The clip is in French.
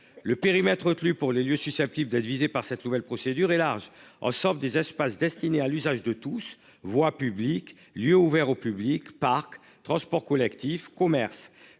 Le périmètre retenu pour les lieux susceptibles d'être visés par cette nouvelle procédure et large en sortent des espaces destinés à l'usage de tous voix publique lieux ouverts au public Parcs transports collectifs commerce